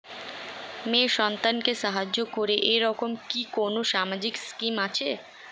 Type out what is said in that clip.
মেয়ে সন্তানকে সাহায্য করে এরকম কি কোনো সামাজিক স্কিম আছে?